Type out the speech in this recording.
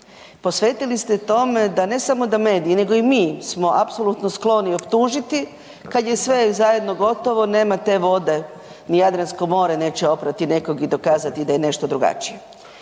Posvetili ste tome da ne samo da mediji nego i mi smo apsolutno skloni optužiti kad je sve zajedno gotovo, nema te vode, ni Jadransko more neće oprati nekog i dokazati da je nešto drugačije.